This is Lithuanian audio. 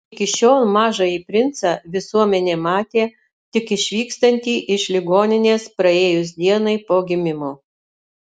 iki šiol mažąjį princą visuomenė matė tik išvykstantį iš ligoninės praėjus dienai po gimimo